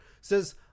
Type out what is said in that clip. says